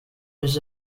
his